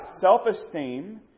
self-esteem